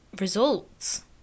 results